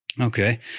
Okay